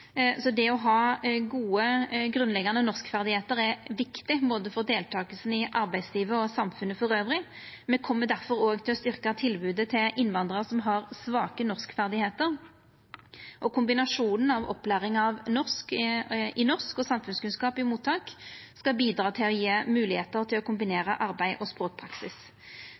så det å ha gode, grunnleggjande norskferdigheiter er viktig både for deltakinga i arbeidslivet og for samfunnet elles. Me kjem difor til å styrkja tilbodet til innvandrarar som har svake norskferdigheiter. Kombinasjonen av opplæring i norsk og samfunnskunnskap i mottak skal bidra til å gje moglegheiter til å kombinera arbeid og språkpraksis.